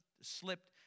slipped